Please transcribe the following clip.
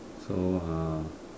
so uh